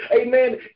amen